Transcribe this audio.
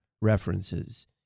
references